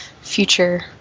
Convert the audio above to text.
Future